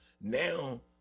now